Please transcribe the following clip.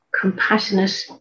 compassionate